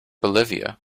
bolivia